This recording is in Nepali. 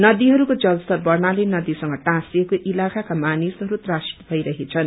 नदीहरूको जल स्तर बढ़नाले नदीसँग टासिएको इलाकाका मानिसहरू त्रासित भइरहेछन्